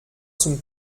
zum